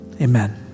Amen